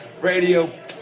Radio